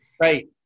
Right